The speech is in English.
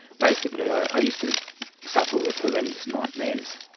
basically i used to suffer with horrendous nightmares.